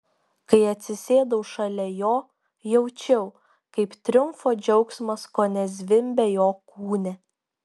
kai atsisėdau šalia jo jaučiau kaip triumfo džiaugsmas kone zvimbia jo kūne